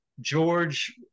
George